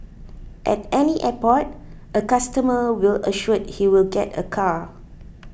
at any airport a customer will assured he will get a car